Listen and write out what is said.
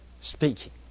speaking